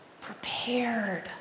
prepared